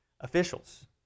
officials